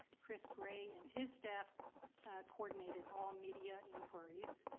chris gray and his staff coordinated all media inquiries.